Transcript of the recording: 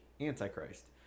Antichrist